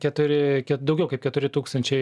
keturi daugiau kaip keturi tūkstančiai